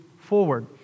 forward